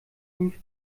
fünf